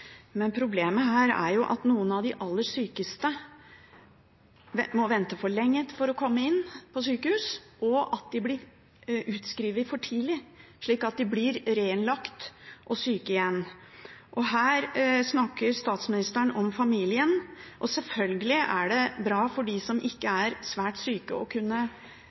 Problemet her er at noen av de aller sykeste må vente for lenge for å komme inn på sykehus, og at de blir utskrevet for tidlig, slik at de blir syke igjen og reinnlagt. Her snakker statsministeren om familien, og selvfølgelig er det bra for dem som ikke er svært syke, å kunne